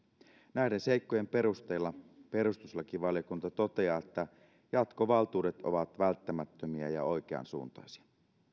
näiden seikkojen perusteella perustuslakivaliokunta toteaa että jatkovaltuudet ovat välttämättömiä ja oikeansuuntaisia